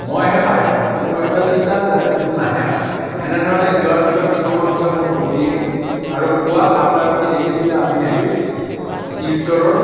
মইহে সাৰে আছোঁ মোৰ এটাই চিন্তা যাতে কোনো নাহে আৰু এনেধৰণে যোৱাৰ পিছত কিছুসময় পিছত মোৰ টোপনি আহিল আৰু পুৱা সাৰ পাই উঠি দেখিলোঁ যে আমি আহি শিলচৰৰ